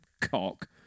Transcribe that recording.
cock